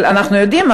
אבל אנחנו יודעים,